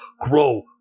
Grow